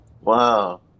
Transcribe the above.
Wow